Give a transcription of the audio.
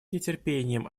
нетерпением